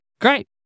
great